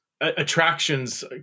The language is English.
attractions